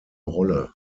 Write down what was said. rolle